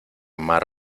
mar